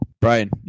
Brian